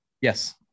Yes